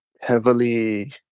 heavily